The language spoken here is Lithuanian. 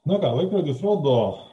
na ką laikrodis rodos